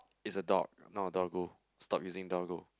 it's a dog not a doggo stop using doggo